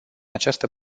această